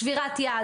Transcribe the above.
שבירת יד,